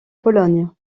pologne